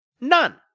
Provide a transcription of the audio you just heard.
None